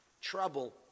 trouble